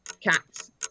Cats